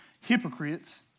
hypocrites